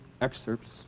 excerpts